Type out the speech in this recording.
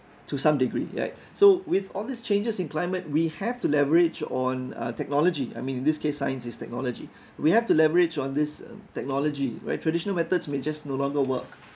to some degree right so with all these changes in climate we have to leverage on uh technology I mean in this case science is technology we have to leverage on this technology where traditional methods may just no longer work